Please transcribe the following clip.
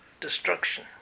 destruction